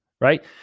right